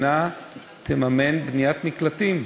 שהמדינה תממן בניית מקלטים,